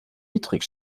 niedrig